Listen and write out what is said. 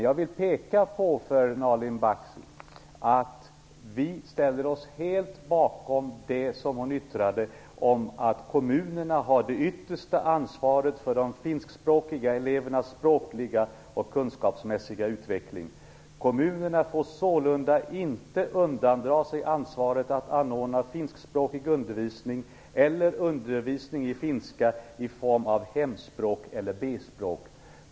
Jag vill peka på att vi helt ställer oss bakom det Nalin Baksi sade om att kommunerna har det yttersta ansvaret för de finskspråkiga elevernas språkliga och kunskapsmässiga utveckling. Kommunerna får sålunda inte undandra sig ansvaret att anordna finskspråkig undervisning eller undervisning i finska i form av hemspråk eller B-språk.